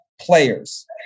players